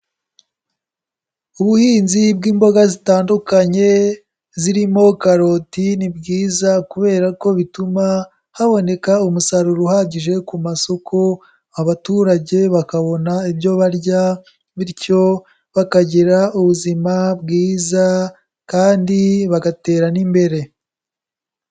Ubuhinzi bw'imboga zitandukanye, zirimo karoti ni bwiza kubera ko bituma haboneka umusaruro uhagije ku masoko, abaturage bakabona ibyo barya, bityo bakagira ubuzima bwiza kandi bagatera n'imbere.